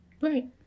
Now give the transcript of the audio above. right